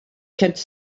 kids